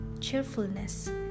cheerfulness